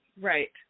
right